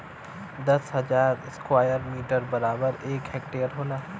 दस हजार square metre बराबर एक हेक्टेयर होला